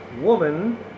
woman